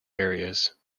areas